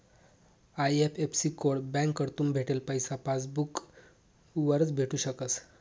IFSC code बँककडथून भेटेल पैसा पासबूक वरच भेटू शकस